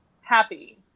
happy